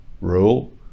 rule